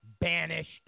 banished